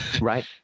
Right